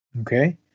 Okay